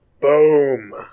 Boom